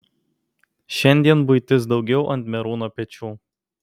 šiandien buitis daugiau ant merūno pečių